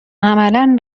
عملا